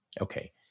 Okay